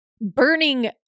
burning